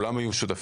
כלם היו שותפים.